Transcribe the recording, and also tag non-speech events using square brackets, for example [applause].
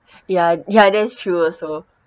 [breath] ya ya that's true also